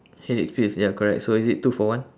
headache pills ya correct so is it two for one